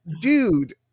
dude